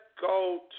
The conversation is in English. go